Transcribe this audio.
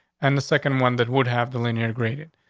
and the second one that would have the linear grated.